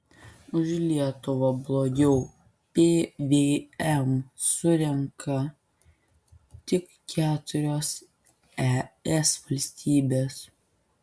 už lietuvą blogiau pvm surenka tik keturios es valstybės